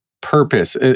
purpose